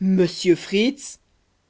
monsieur fritz